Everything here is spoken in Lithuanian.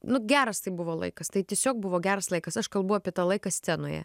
nu geras tai buvo laikas tai tiesiog buvo geras laikas aš kalbu apie tą laiką scenoje